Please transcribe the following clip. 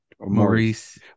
Maurice